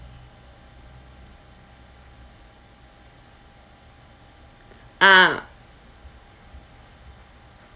ah